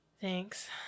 thanks